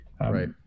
Right